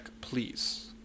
please